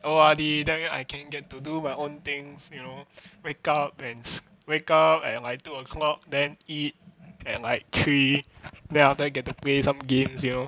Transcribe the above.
O_R_D then then I can get to do my own things you know wake up at wake up at like two o'clock then eat and like three then after get to play some games you know